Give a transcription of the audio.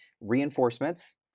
reinforcements